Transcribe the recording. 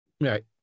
Right